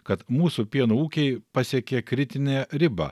kad mūsų pieno ūkiai pasiekė kritinę ribą